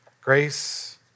Grace